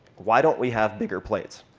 why don't we have bigger plates?